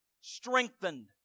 strengthened